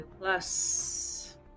plus